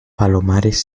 palomares